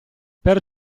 per